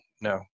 No